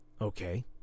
Okay